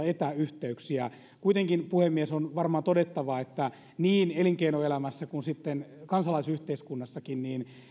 etäyhteyksiä kuitenkin puhemies on varmaan todettava että niin elinkeinoelämässä kuin sitten kansalaisyhteiskunnassakin